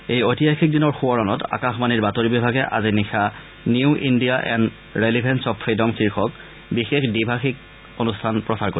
এই ঐতিহাসিক দিনৰ সোৱৰণত আকাশবাণীৰ বাতৰি বিভাগে আজি নিশা new India and relevance of freedom শীৰ্ষক বিশেষ দ্বিভাষিক অনুষ্ঠানত প্ৰচাৰ কৰিব